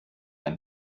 ein